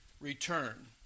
return